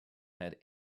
had